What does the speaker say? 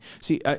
See